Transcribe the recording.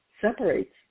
separates